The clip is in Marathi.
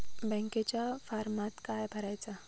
बँकेच्या फारमात काय भरायचा?